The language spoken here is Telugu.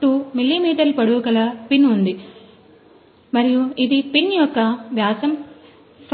2 మిమీ పొడవు గల పిన్ ఉంది మరియు ఇది పిన్ యొక్క వ్యాసం